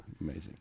amazing